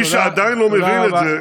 מי שעדיין לא מבין את זה,